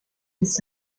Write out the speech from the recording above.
des